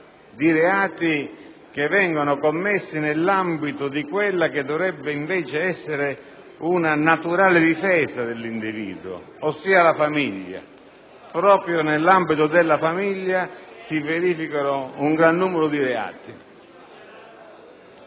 di reati che vengono commessi nell'ambito di quella che dovrebbe invece essere una naturale difesa dell'individuo, ossia la famiglia. Proprio nell'ambito della famiglia si verifica un gran numero di reati.